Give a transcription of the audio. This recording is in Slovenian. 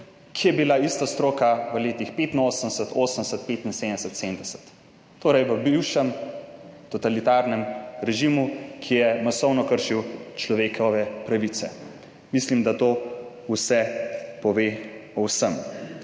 ki je bila ista stroka v letih 1985, 1980, 1975, 1970, torej v bivšem totalitarnem režimu, ki je masovno kršil človekove pravice. Mislim, da to vse pove o vsem.